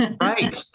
Right